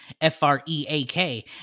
F-R-E-A-K